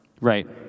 Right